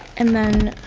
and then